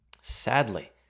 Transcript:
Sadly